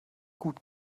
gut